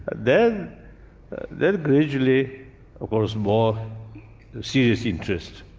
then then gradually of course more serious interest.